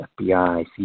FBI